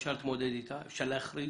אפשר להתמודד איתה, אפשר להחריג.